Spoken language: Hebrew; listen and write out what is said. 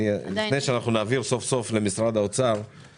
אני מבקש שזה ייכנס בחוק התיקון הזה.